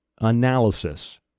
analysis